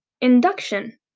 Induction